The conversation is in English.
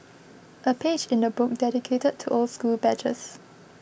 a page in the book dedicated to old school badges